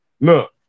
Look